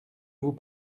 vous